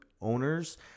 owners